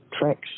tracks